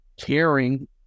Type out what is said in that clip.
caring